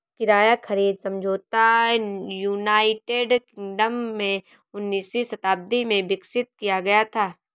किराया खरीद समझौता यूनाइटेड किंगडम में उन्नीसवीं शताब्दी में विकसित किया गया था